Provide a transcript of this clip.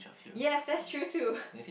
yes that's true too